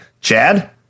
Chad